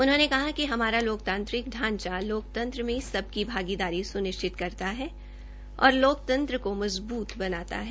उन्होंने कहा कि हमारा लोकतांत्रिक ढांचा लोकतंत्र में सबकी भागीदारी सुनिश्चित करता है और लोकतंत्र को मजबूत बनाता है